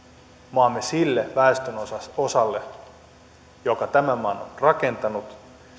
maamme sille väestönosalle joka tämän maan on rakentanut